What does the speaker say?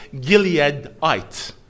Gileadite